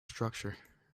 structure